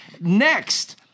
Next